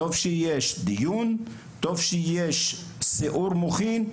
טוב שיש דיון, טוב שיש סיעור מוחין.